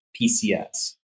PCS